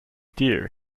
dear